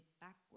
backwards